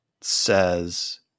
says